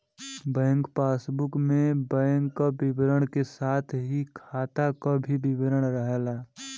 bank passbook में bank क विवरण क साथ ही खाता क भी विवरण रहला